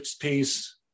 piece